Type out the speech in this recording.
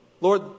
Lord